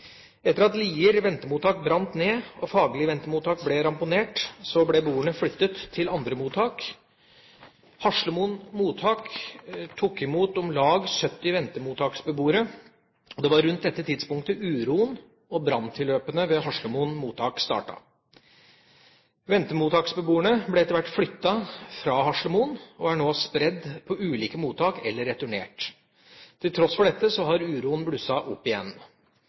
Etter at Lier ventemottak brant ned og Fagerli ventemottak ble ramponert, ble beboerne flyttet til andre mottak. Haslemoen mottak tok imot om lag 70 ventemottaksbeboere. Det var rundt dette tidspunktet uroen og branntilløpene ved Haslemoen mottak startet. Ventemottaksbeboerne ble etter hvert flyttet fra Haslemoen og er nå spredd på ulike mottak eller returnert. Til tross for dette har uroen blusset opp igjen.